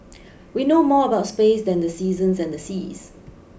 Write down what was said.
we know more about space than the seasons and the seas